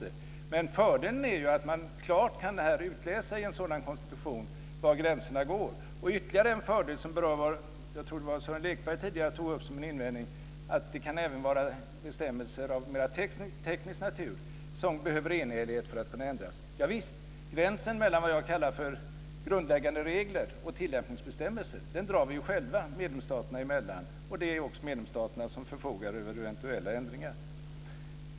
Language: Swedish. Men fördelen är att man klart kan utläsa i en sådan konstitution var gränserna går. Ytterligare en fördel - jag tror att det var Sören Lekberg som tidigare tog upp det som en invändning - är att det även kan vara bestämmelser av mer teknisk natur som behöver beslutas enhälligt för att kunna ändras. Javisst, gränsen mellan vad jag kallar för grundläggande regler och tillämpningsbestämmelser drar vi själva medlemsstaterna emellan. Det är också medlemsstaterna som förfogar över eventuella ändringar.